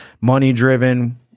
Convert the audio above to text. Money-driven